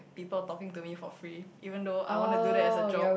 people talking to me for free even though I want to do that as a job